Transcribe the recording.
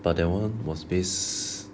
but that [one] was based